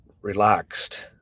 relaxed